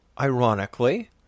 ironically